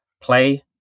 play